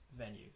venues